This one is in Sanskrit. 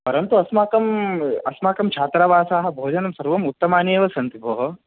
परन्तु अस्माकम् अस्माकं छात्रावासः भोजनं सर्वम् उत्तमानि एव सन्ति भोः